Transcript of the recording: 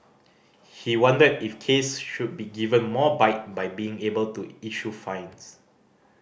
he wondered if Case should be given more bite by being able to issue fines